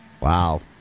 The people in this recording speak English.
Wow